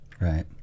Right